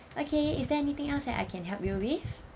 okay is there anything else that I can help you with